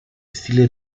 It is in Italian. stile